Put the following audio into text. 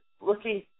looking